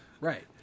Right